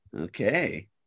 Okay